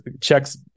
checks